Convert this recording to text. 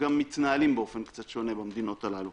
גם מתנהלים באופן קצת שונה במדינות הללו.